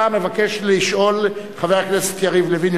שאותה מבקש לשאול חבר הכנסת יריב לוין,